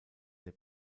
der